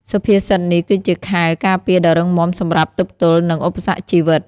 សុភាសិតនេះគឺជាខែលការពារដ៏រឹងមាំសម្រាប់ទប់ទល់នឹងឧបសគ្គជីវិត។